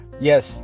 Yes